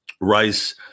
rice